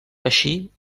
així